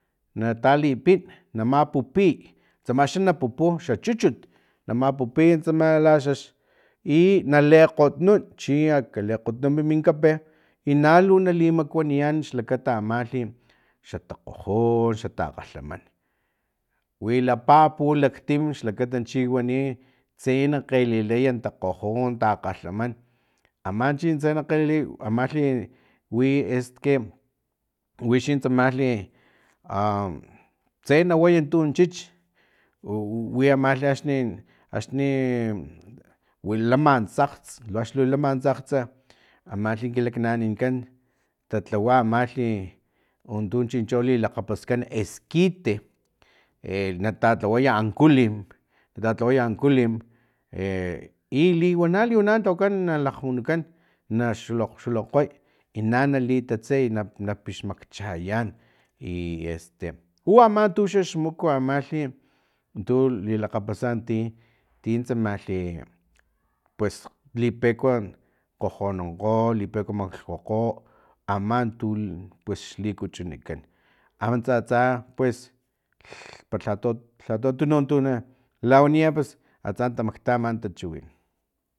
Natalipin na mapupiy tsama xa na pupu xa chuchut na mapipiy tsama laxux i nali kgotnun chi akali kgotnunk min kape i nale nali makuaniyan xlakata amalhi xla takgojon xa takgalhaman wilapa a pulaktim xlakata chi wani tse na kgelilaya takgojon takgalhaman ama chin tse na kgelilamiy amalhi wi esque wixin tsamalhi a tse na way tun chich u wi xa amalhi axni axni wi lama tsakgts lu axni lama tsakgtsa amalhi kin laknananin tatlawa amalhi untun chinchi lilakgapaskan esquite e na tatlawaya ankulim na tatlaway ankulin e liwana liwana na lhawakan nalakgmunukan na xulokg xulokg way i na nalitatseyiy na pixmakchayan i este u ama tuxax muk amalhi tu lilakgapasa tin tin tsalhi e pues lipekua kgojonunkgo o lipekua maklhkuyu aman tupus xlikuchunankan lh para lhatu atununk tulawaniya pus atsa tamakta aman tachiwin